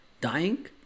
Dying